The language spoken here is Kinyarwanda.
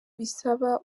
bisaba